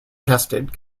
tested